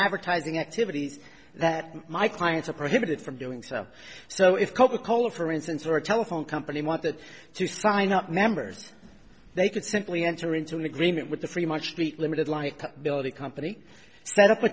advertising activities that my clients are prohibited from doing so so if coca cola for instance or a telephone company wanted to sign up members they could simply enter into an agreement with the free much meat limited like build a company set up a